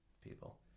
people